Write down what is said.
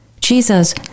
Jesus